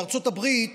בארצות הברית